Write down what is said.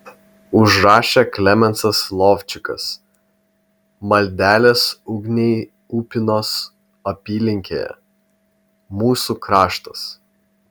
užrašė klemensas lovčikas maldelės ugniai upynos apylinkėje mūsų kraštas